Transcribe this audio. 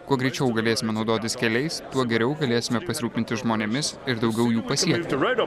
kuo greičiau galėsime naudotis keliais tuo geriau galėsime pasirūpinti žmonėmis ir daugiau jų pasiekti